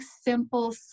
simple